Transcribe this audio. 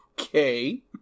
Okay